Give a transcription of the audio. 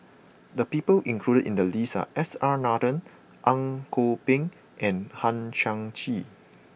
the people included in the list are S R Nathan Ang Kok Peng and Hang Chang Chieh